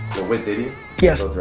with diddy yes.